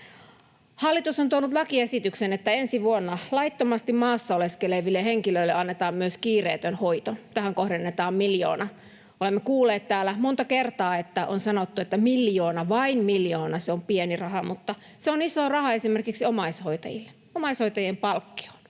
Hallitus on tuonut lakiesityksen, että ensi vuonna laittomasti maassa oleskeleville henkilöille annetaan myös kiireetön hoito. Tähän kohdennetaan miljoona. Olemme kuulleet täällä monta kertaa, että on sanottu, että miljoona, vain miljoona, se on pieni raha, mutta se on iso raha esimerkiksi omaishoitajille, omaishoitajien palkkioon.